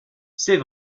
c’est